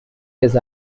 his